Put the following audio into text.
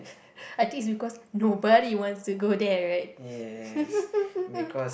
I think it's because nobody want to go there right